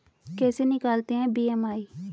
कैसे निकालते हैं बी.एम.आई?